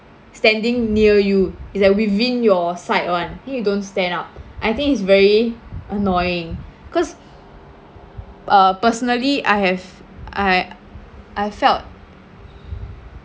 standing near you it's like within your sight [one] you don't stand up I think it's very annoying cause uh personally I have I I felt